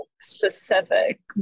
specific